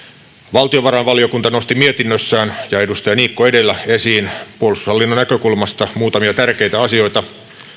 valtiovarainvaliokunta nosti mietinnössään ja edustaja niikko edellä esiin puolustushallinnon näkökulmasta muutamia tärkeitä asioita